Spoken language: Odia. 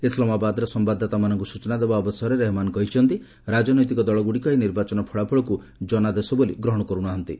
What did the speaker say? ଇସ୍ଲାମାବାଦ୍ରେ ସମ୍ଭାଦଦାତାମାନଙ୍କୁ ସୂଚନା ଦେବା ଅବସରରେ ରେହେମାନ୍ କହିଛନ୍ତି ରାଜନୈତିକ ଦଳଗୁଡ଼ିକ ଏହି ନିର୍ବାଚନ ଫଳାଫଳକୁ ଜନାଦେଶ ବୋଲି ଗ୍ରହଣ କରୁ ନାହାନ୍ତି